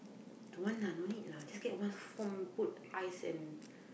don't want lah no need lah just get one home put ice and